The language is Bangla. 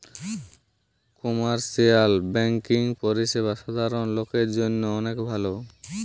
কমার্শিয়াল বেংকিং পরিষেবা সাধারণ লোকের জন্য অনেক ভালো